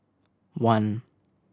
one